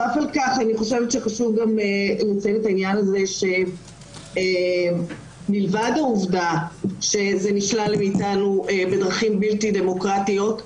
גם חשוב לציין שמלבד העובדה שזה נשלל מאיתנו בדרכים בלתי דמוקרטיות,